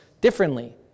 differently